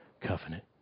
covenant